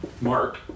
Mark